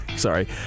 Sorry